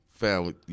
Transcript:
family